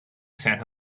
san